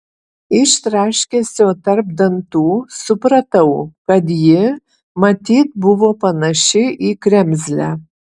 iš traškesio tarp dantų supratau kad ji matyt buvo panaši į kremzlę